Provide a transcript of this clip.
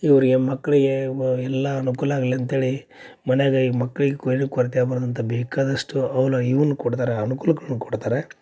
ಇವರಿಗೆ ಮಕ್ಕಳಿಗೆ ವ ಎಲ್ಲ ಅನುಕೂಲ ಆಗಲಿ ಅಂತೇಳಿ ಮನ್ಯಾಗ ಈ ಮಕ್ಳಿಗೆ ಏನು ಕೊರತೆ ಆಗ್ಬಾರ್ದು ಅಂತ ಬೇಕಾದಷ್ಟು ಅವ್ರು ಇವ್ನ ಕೊಡ್ತಾರ ಅನುಕೂಲಗಳ್ನ ಕೊಡ್ತಾರೆ